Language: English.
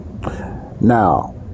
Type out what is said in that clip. now